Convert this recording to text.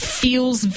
feels